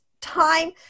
time